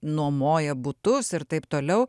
nuomoja butus ir taip toliau